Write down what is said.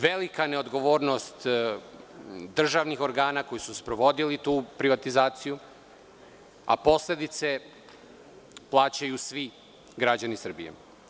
Velika neodgovornost državnih organa koji su sprovodili tu privatizaciju, a posledice plaćaju svi građani Srbije.